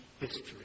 history